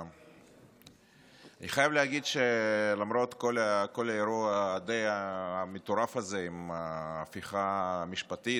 אני חייב להגיד שלמרות כל האירוע הדי-מטורף הזה עם ההפיכה המשפטית,